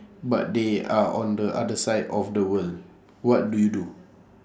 but they are on the other side of the world what do you do